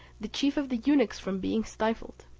the chief of the eunuchs from being stifled,